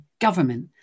government